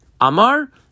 Amar